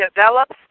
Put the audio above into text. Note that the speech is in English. develops